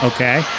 Okay